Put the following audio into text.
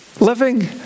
living